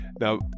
Now